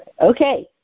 Okay